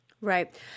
Right